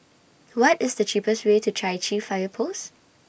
What IS The cheapest Way to Chai Chee Fire Post